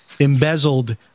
embezzled